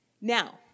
Now